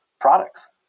products